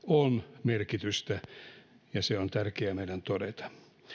on merkitystä ja se on tärkeää meidän todeta